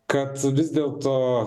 kad vis dėlto